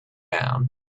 down